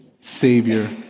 Savior